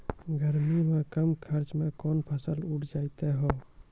गर्मी मे कम खर्च मे कौन फसल उठ जाते हैं?